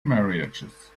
marriages